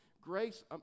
Grace